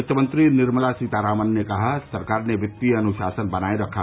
वित्त मंत्री निर्मला सीतारामन ने कहा सरकार ने वित्तीय अनुशासन बनाए रखा